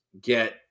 get